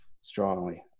strongly